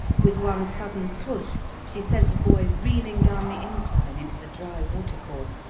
with one sudden push she sent the boy reeling down the incline into the dry water-course,